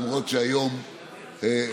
למרות שהיום,